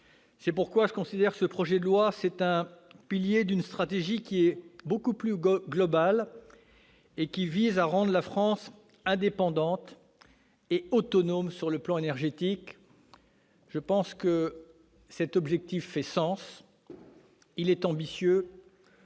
C'est pourquoi je considère ce projet de loi comme un pilier d'une stratégie beaucoup plus globale, qui vise à rendre la France indépendante et autonome sur le plan énergétique. Cet objectif fait sens. Il est ambitieux,